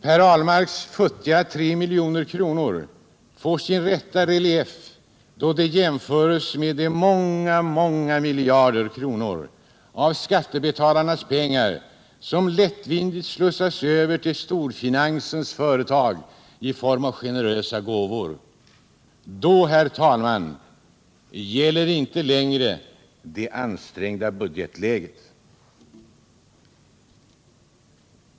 Per Ahlmarks futtiga 3 milj.kr. får sin rätta relief då de jämförs med de många, många miljarder kronor av skattebetalarnas pengar som lättvindigt slussas över till storfinansens företag i form av generösa gåvor. Då, herr talman, gäller inte längre ”det ansträngda budgetläget”!